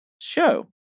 show